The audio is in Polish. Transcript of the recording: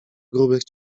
grubych